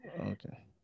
Okay